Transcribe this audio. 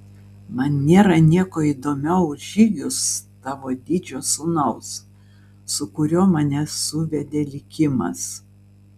man nėra nieko įdomiau už žygius tavo didžio sūnaus su kuriuo mane suvedė likimas